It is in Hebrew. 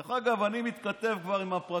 דרך אגב, אני מתכתב כבר עם הפרקליטות